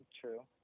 True